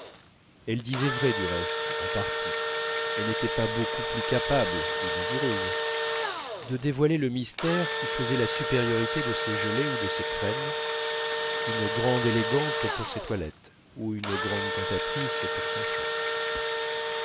elle disait vrai du reste en partie et n'était pas beaucoup plus capable ou désireuse de dévoiler le mystère qui faisait la supériorité de ses gelées ou de ses crèmes qu'une grande élégante pour ses toilettes ou une grande cantatrice pour son chant